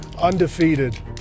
undefeated